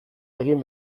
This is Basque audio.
egin